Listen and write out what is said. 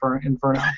Inferno